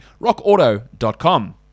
rockauto.com